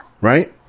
right